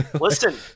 listen